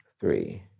three